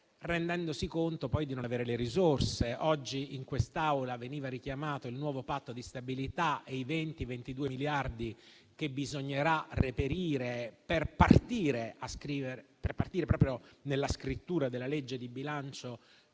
rendendosi conto poi di non avere le risorse. Oggi in quest'Aula venivano richiamati il nuovo Patto di stabilità e i 20-22 miliardi che bisognerà reperire per partire proprio con la scrittura della legge di bilancio